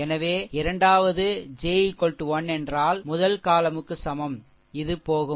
எனவே இரண்டாவது j1 என்றால் முதல் column க்கு சமம் இது போகும்